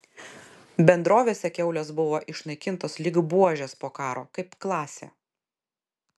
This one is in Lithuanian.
bendrovėse kiaulės buvo išnaikintos lyg buožės po karo kaip klasė